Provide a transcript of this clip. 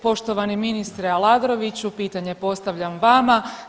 Poštovani ministre Aladroviću pitanje postavljam vama.